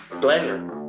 Pleasure